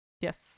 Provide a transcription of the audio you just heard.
Yes